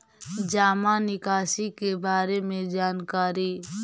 जामा निकासी के बारे में जानकारी?